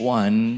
one